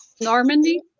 Normandy